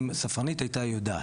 אם הספרנית הייתה יודעת,